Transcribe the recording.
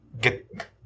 Get